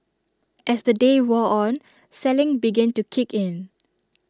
as the day wore on selling began to kick in